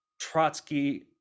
Trotsky